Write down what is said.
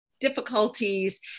difficulties